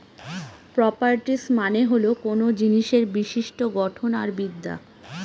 properties মানে হল কোনো জিনিসের বিশিষ্ট্য গঠন আর বিদ্যা